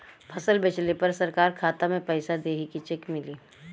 फसल बेंचले पर सरकार खाता में पैसा देही की चेक मिली?